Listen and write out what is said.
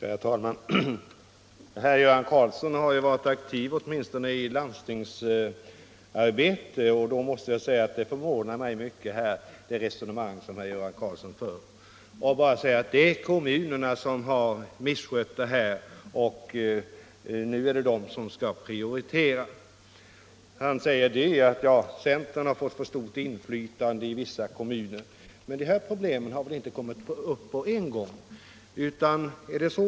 Herr talman! Herr Göran Karlsson i Huskvarna har ju varit aktiv i landstingsarbete, och jag måste säga att herr Karlssons resonemang här förvånar mig mycket. Han säger att kommunerna misskött denna angelägenhet, varför kommunerna nu bör prioritera denna uppgift. Han påstår vidare att centern har fått för stort inflytande i vissa kommuner. Men de här problemen har väl inte uppkommit på en gång?